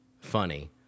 Funny